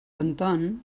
anton